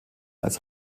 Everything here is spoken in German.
als